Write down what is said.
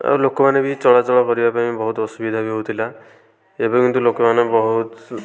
ଆଉ ଲୋକମାନେ ବି ଚଳାଚଳ କରିବାପାଇଁ ବହୁତ ଅସୁବିଧା ବି ହେଉଥିଲା ଏବେ କିନ୍ତୁ ଲୋକମାନେ ବହୁତ